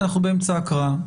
אנחנו באמצע הקראה.